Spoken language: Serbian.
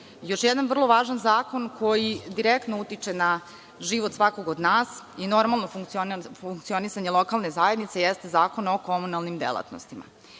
jedna vrlo važan zakon koji direktno utiče na život svakog od nas i normalno funkcionisanje lokalne zajednice jeste Zakon o komunalnim delatnostima.